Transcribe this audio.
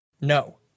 No